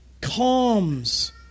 calms